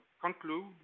conclude